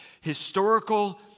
historical